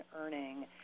earning